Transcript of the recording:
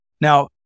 Now